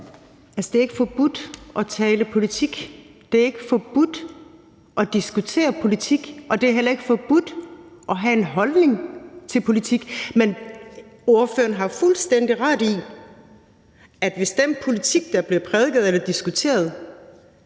det er ikke forbudt at tale politik, det er ikke forbudt at diskutere politik, og det er heller ikke forbudt at have en holdning til politik. Men ordføreren har fuldstændig ret i, at hvis den politik, der bliver prædiket eller diskuteret,